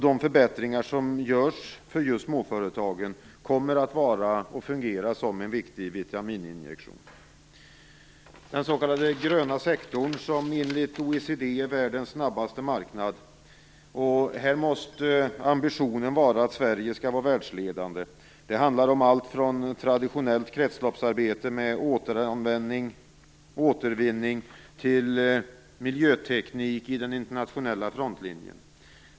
De förbättringar som görs för just småföretagen, kommer att fungera som en viktig vitamininjektion. Den s.k. gröna sektorn är enligt OECD är världens snabbast växande marknad. Här måste ambitionen vara att Sverige skall vara världsledande. Det handlar om allt från traditionellt kretsloppsarbete med återanvändning och återvinning till miljöteknik i den internationella frontlinjen.